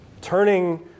turning